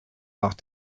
nach